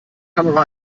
kamera